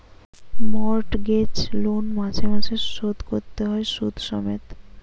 mortgage loan মাসে মাসে শোধ কোরতে হয় শুধ সমেত